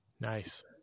Nice